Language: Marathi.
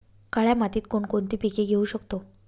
काळ्या मातीत कोणकोणती पिके घेऊ शकतो?